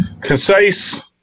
concise